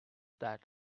that